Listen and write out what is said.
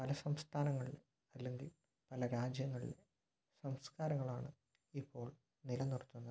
പല സംസ്ഥാനങ്ങളിൽ അല്ലെങ്കിൽ പല രാജ്യങ്ങളിലും സംസ്കാരങ്ങളാണ് ഇപ്പോൾ നിലനിർത്തുന്നത്